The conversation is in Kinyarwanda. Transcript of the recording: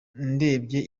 ndebye